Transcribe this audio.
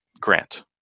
grant